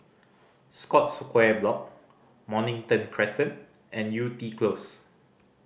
Scotts Square Block Mornington Crescent and Yew Tee Close